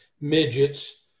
midgets